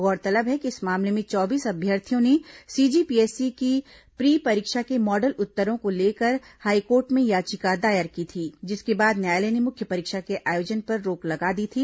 गौरतलब है कि इस मामले में चौबीस अभ्यर्थियों ने सीजी पीएससी की प्री परीक्षा के मॉडल उत्तरों को लेकर हाईकोर्ट में याचिका दायर की थी जिसके बाद न्यायालय ने मुख्य परीक्षा के आयोजन पर रोक लगा दी थी